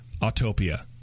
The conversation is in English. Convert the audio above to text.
Autopia